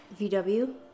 VW